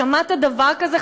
שמעת דבר כזה,